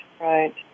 right